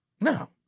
No